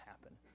happen